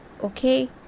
Okay